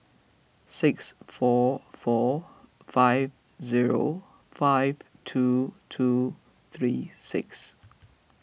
six four four five zero five two two three six